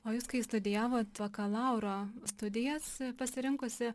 o jūs kai studijavot bakalauro studijas pasirinkusi